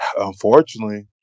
unfortunately